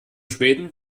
schweden